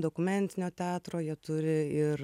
dokumentinio teatro jie turi ir